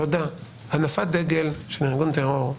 הנפת דגל של ארגון טרור,